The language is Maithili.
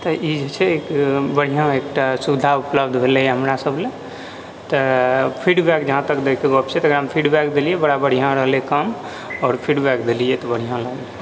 तऽ ई जे छै एक बढ़िआँ एकटा सुविधा उपलब्ध भेलैया हमरा सब लए तऽ फीडबैक जहाँतक दैके गप छै तऽ एकरामे फीडबैक देलियै बड़ा बढ़िआँ रहलै काम आओर फीडबैक देलियै तऽ बढ़िआँ लागल